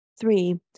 Three